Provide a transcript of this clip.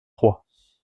trois